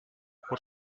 por